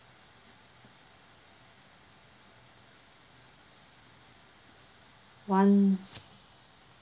one